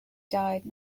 died